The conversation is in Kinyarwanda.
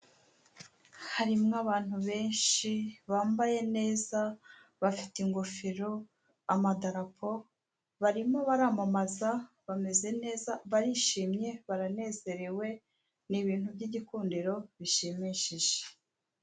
Harimo abantu benshi bambaye neza bafite ingofero, amadarapo, barimo baramamaza, bameze neza barishimye, baranezerewe ni ibintu by'igikundiro bishimishije.